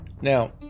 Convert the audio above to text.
now